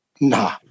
nah